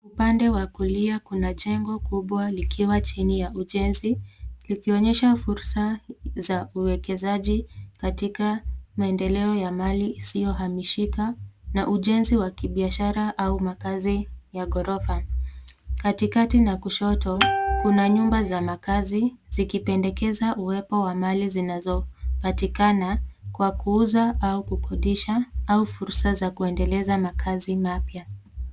Pande wa kulia kuna jengo kubwa likiwa chini ya ujenzi, likionyesha fursa za uwekezaji katika maendeleo ya mali isiyohamishika na ujenzi wa kibiashara au makazi ya ghorofa. Katikati na kushoto, kuna nyumba za makazi zikipendekeza uwepo wa mali zinazopatikana kwa kuuza au kukodisha au fursa za kuendeleza makazi mapya.